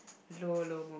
low lomo